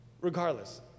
Regardless